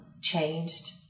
changed